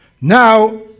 Now